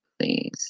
please